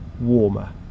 warmer